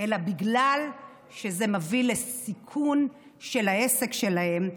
אלא בגלל שזה מביא לסיכון העסק שלהן.